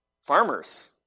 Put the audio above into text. farmers